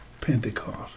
Pentecost